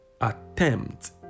Attempt